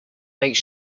make